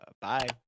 bye